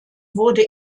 wurde